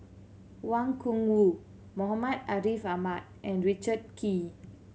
Wang Gungwu Muhammad Ariff Ahmad and Richard Kee